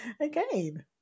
again